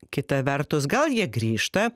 kita vertus gal jie grįžta